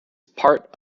part